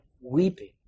weeping